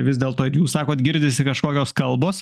vis dėl to jūs sakot girdisi kažkokios kalbos